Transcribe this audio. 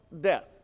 death